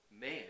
man